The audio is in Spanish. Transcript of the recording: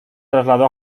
trasladó